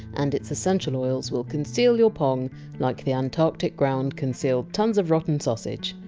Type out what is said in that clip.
and its essential oils will conceal your pong like the antarctic ground concealed tons of rotten sausage.